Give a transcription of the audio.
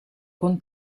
con